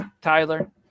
Tyler